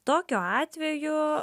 tokiu atveju